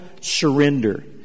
surrender